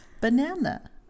Banana